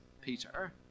Peter